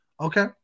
Okay